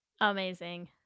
Amazing